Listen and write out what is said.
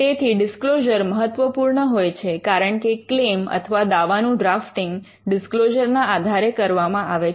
તેથી ડિસ્ક્લોઝર મહત્વપૂર્ણ હોય છે કારણ કે ક્લેમ અથવા દાવાનું ડ્રાફ્ટીંગ ડિસ્ક્લોઝર ના આધારે કરવામાં આવે છે